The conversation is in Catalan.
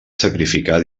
sacrificar